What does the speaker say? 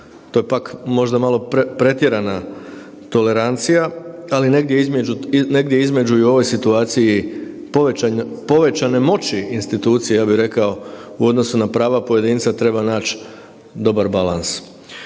to je pak malo možda pretjerana tolerancija, ali negdje između i u ovoj situaciji povećane moći institucija ja bi rekao u odnosu na prava pojedinca treba naći dobar balans.